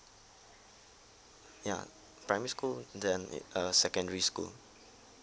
ya primary school then it uh secondary school